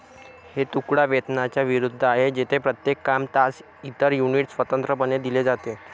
हे तुकडा वेतनाच्या विरुद्ध आहे, जेथे प्रत्येक काम, तास, इतर युनिट स्वतंत्रपणे दिले जाते